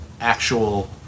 actual